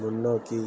முன்னோக்கி